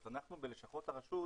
אז אנחנו בלשכות הרשות